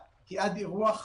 היא תצטרך להיות מבוססת תיירות